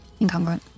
Incongruent